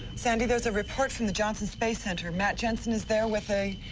sandy, there's a report from the johnson space center. matt jensen is there with a.